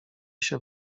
się